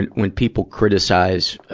and when people criticize, ah,